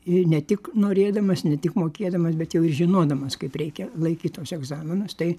ne tik norėdamas ne tik mokėdamas bet jau ir žinodamas kaip reikia laikyt tuos egzaminus tai